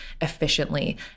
efficiently